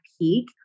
peak